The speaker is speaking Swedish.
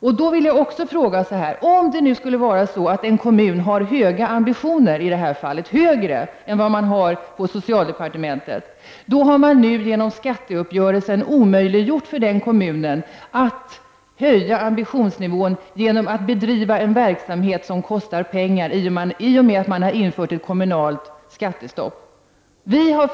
Om en kommun skulle ha höga ambitioner på det här området, högre än vad man har på socialdepartementet, så har nu skatteuppgörelsen, i och med att man har infört ett kommunalt skattestopp, omöjliggjort för den kommunen att ha den höga ambitionsnivån, eftersom det blir fråga om att bedriva en verksamhet som kostar pengar.